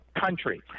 country